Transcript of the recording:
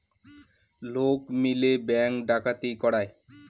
লোক মিলে ব্যাঙ্ক ডাকাতি করায়